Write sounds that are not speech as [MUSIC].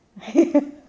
[LAUGHS]